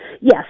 Yes